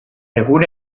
egun